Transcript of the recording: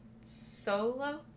solo